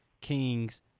Kings